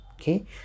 okay